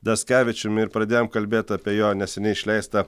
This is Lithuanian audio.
daskevičium ir pradėjom kalbėt apie jo neseniai išleistą